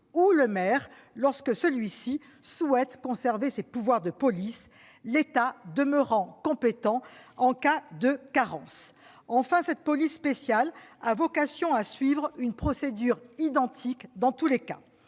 ou le maire lorsque ce dernier souhaite conserver ses pouvoirs de police, l'État demeurant compétent en cas de carence. Enfin, cette police spéciale a vocation à suivre une procédure identique dans tous les cas.